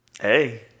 Hey